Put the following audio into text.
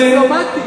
של דיפלומטים.